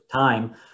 time